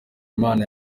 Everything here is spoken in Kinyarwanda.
imana